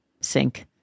sink